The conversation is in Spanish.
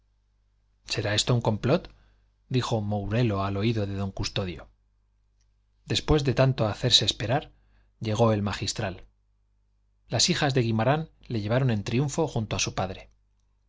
será esto un complot dijo mourelo al oído de don custodio después de tanto hacerse esperar llegó el magistral las hijas de guimarán le llevaron en triunfo junto a su padre